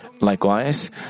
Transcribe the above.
Likewise